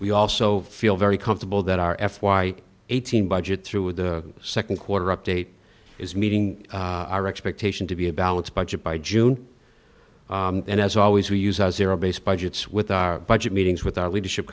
we also feel very comfortable that our f y eighteen budget through the second quarter update is meeting our expectation to be a balanced budget by june and as always we use a zero base budgets with our budget meetings with our leadership